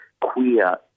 queer